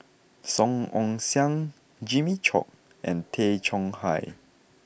Song Ong Siang Jimmy Chok and Tay Chong Hai